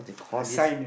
call this